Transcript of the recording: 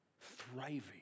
thriving